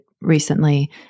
recently